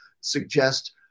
suggest